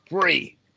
free